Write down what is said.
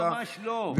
ממש לא.